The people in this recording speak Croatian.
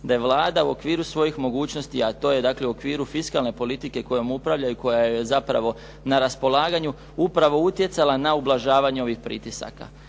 da je Vlada u okviru svojih mogućnosti a to je dakle u okviru fiskalne politike kojom upravljaju i koja joj je zapravo na raspolaganju upravo utjecala na ublažavanje ovih pritisaka